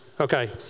Okay